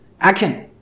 Action